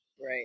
Right